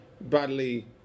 badly